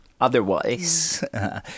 otherwise